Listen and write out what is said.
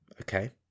Okay